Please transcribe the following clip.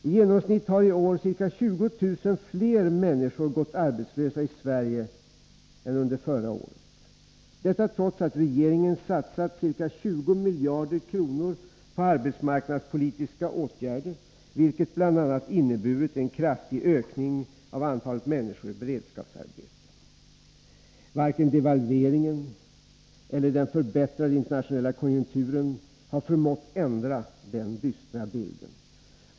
I genomsnitt har i år ca 20 000 fler människor gått arbetslösa i Sverige än under förra året — detta trots att regeringen satsat ca 20 miljarder kronor på arbetsmarknadspolitiska åtgärder, vilket bl.a. inneburit en kraftig ökning av antalet människor i beredskapsarbete. Varken devalveringen eller den förbättrade internationella konjunkturen har förmått ändra den dystra bilden.